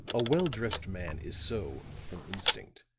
a well-dressed man is so from instinct.